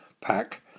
pack